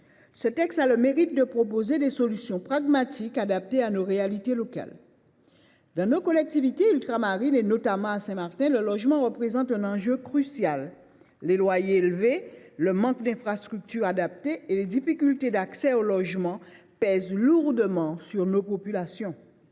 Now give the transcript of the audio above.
Ce texte a le mérite de proposer des solutions pragmatiques, adaptées à nos réalités locales. Dans nos collectivités ultramarines, notamment à Saint Martin, le logement constitue un enjeu crucial. Les loyers élevés, le manque d’infrastructures adaptées et les difficultés d’accès au logement pèsent lourdement sur nos populations.